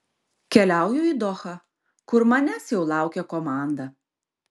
keliauju į dohą kur manęs jau laukia komanda